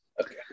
okay